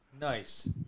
nice